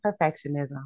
perfectionism